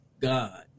God